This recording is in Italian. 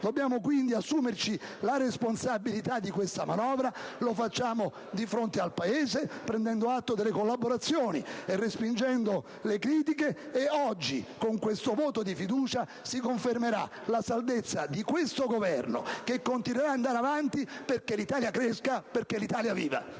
Dobbiamo quindi assumerci la responsabilità di questa manovra; lo facciamo di fronte al Paese prendendo atto delle collaborazioni e respingendo le critiche. Oggi, con questo voto di fiducia, si confermerà la saldezza di questo Governo che continuerà ad andare avanti perché l'Italia cresca, perché l'Italia viva.